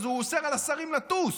אז הוא אוסר על השרים לטוס,